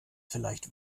vielleicht